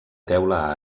teula